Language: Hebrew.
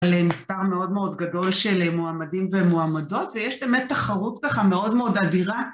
על מספר מאוד מאוד גדול של מועמדים ומועמדות ויש באמת תחרות ככה מאוד מאוד אדירה